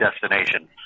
destination